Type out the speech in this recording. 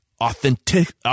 authentic